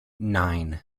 nine